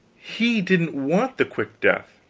he didn't want the quick death.